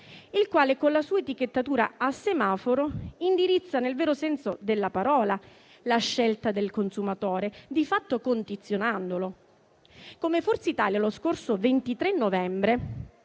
il quale con la sua etichettatura a semaforo indirizza, nel vero senso della parola, la scelta del consumatore, di fatto condizionandolo. Come Forza Italia, lo scorso 23 novembre